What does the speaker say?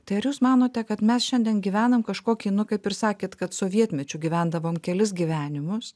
tai ar jūs manote kad mes šiandien gyvenam kažkokį nu kaip ir sakėt kad sovietmečiu gyvendavom kelis gyvenimus